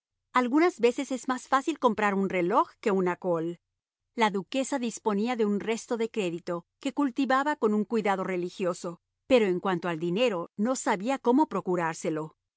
algunas veces es más fácil comprar un reloj que una col la duquesa disponía de un resto de crédito que cultivaba con un cuidado religioso pero en cuanto al dinero no sabía cómo procurárselo el